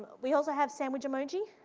we also have sandwich emoji,